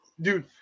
dude